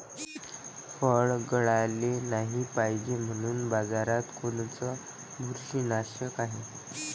फळं गळाले नाही पायजे म्हनून बाजारात कोनचं बुरशीनाशक हाय?